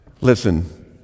Listen